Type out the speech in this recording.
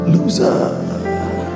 Loser